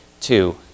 two